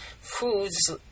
foods